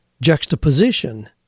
juxtaposition